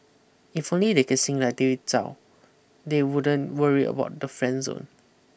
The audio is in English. if only they can sing like David Tao they wouldn't worry about the friend zone